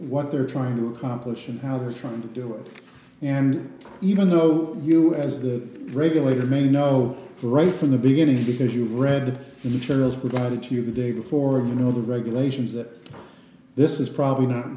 what they're trying to accomplish and how they're trying to do it and even though you as the regulator may know right from the beginning because you've read the future as without it you the day before you know the regulations that this is probably not